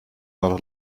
not